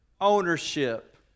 ownership